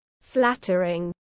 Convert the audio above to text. flattering